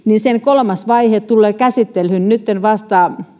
kolmas vaihe tulee käsittelyyn vasta